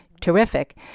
terrific